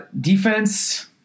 Defense